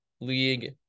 League